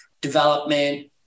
development